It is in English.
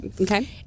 Okay